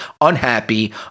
unhappy